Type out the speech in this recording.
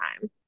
time